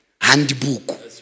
handbook